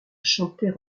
chanter